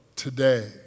today